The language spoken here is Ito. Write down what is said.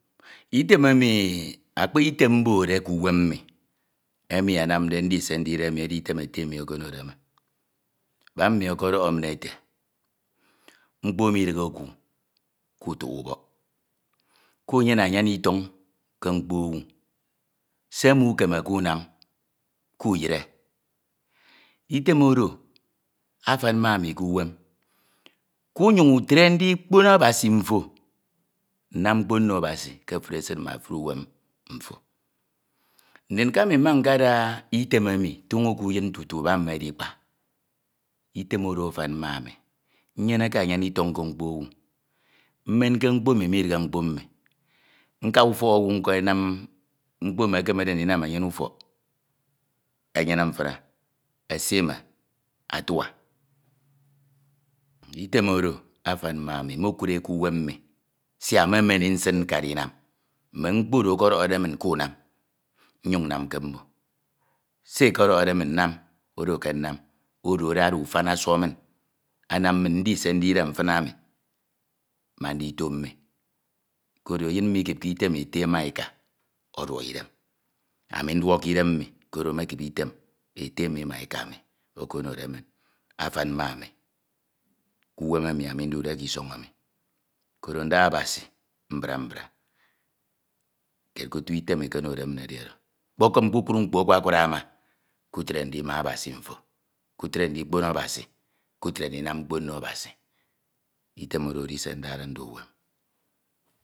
Item enu, akpa item mbode ke uwem mmi emi anamde ndi se ndide emi edi item emi nte mmi okonode min. Baba mmi ọkọdọhọ min ete mkpo midighe ọku kutuk ubok. Kunyene ayan itọñ ke mkpo owu, se mukemeke unam kuyire. Item oro afam ma anu̇ ke uwem. Kunyun utre ndikpono Abasi mfo nnam mkpo nno Abasi ke efuri esid ma efuri uwem mfo. Ndin ke ami mma nkada item emi toȳo ke uyin tutu baba mmi edikpa. Item oro afan ma ami. Nyeneke ayam itọñ ke mkpo owu, mmenke mkpo emi midighe mkpo mmi, nkaha ufok nkanam mkpo eme ekėmede ndinọ enyene ufọk enyene mfina, eseme, atua. Item oro afan ma ami, mmekude kuwem mmi siɛk mmemen e nsin ke adinam mme mkpo oro ọkọdọhọde min kunam, nnyin nnamke mmo. Se ekeclọhode min nam oroke nnam oro adàde ufan ọsọk min, anam min ndi ɛe ndide mfin ami, ma ndito mmi, koro eyin mikipke item ete ma eka ọduọk idem. Anei ṇduokke idem mmi koro mekip item ete mi ma eka mi okonode min, afan ma anu k’uwem emi anei ndude ke isọñ enu, korondaha Abạsi mora mbra. Kied ke etu item e konode min edi oro. Mkpọkom kpukpru akakura ama kutre ndima Abasi mfo, kutre ndikpono Abasi, kutre ndinam mkpo nno Abasi. Item oro edi Ɛe ndade ndu uwem.